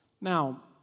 Now